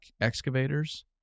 excavators